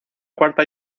cuarta